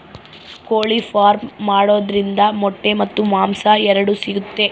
ಕೋಳಿ ಫಾರ್ಮ್ ಮಾಡೋದ್ರಿಂದ ಮೊಟ್ಟೆ ಮತ್ತು ಮಾಂಸ ಎರಡು ಸಿಗುತ್ತೆ